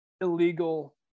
illegal